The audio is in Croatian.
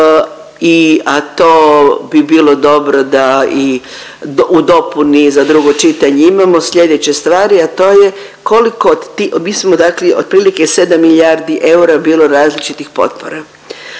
a to bi bilo dobro da i u dopuni za drugo čitanje imamo slijedeće stvari, a to je koliko od ti… mi smo dakle otprilike je 7 milijardi eura bilo različitih potpora.